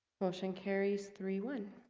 motion carries three one.